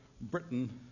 Britain